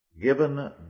Given